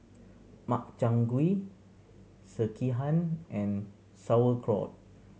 Makchang Gui Sekihan and Sauerkraut